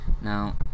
Now